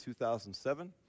2007